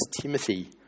Timothy